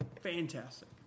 fantastic